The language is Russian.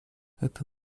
это